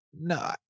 No